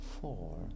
four